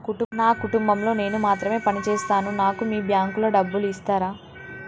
నా కుటుంబం లో నేను మాత్రమే పని చేస్తాను నాకు మీ బ్యాంకు లో డబ్బులు ఇస్తరా?